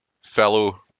fellow